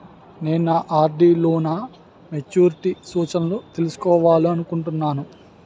నేను నా ఆర్.డి లో నా మెచ్యూరిటీ సూచనలను తెలుసుకోవాలనుకుంటున్నాను